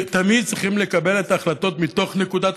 שתמיד צריך לקבל את ההחלטות מתוך נקודת